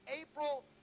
April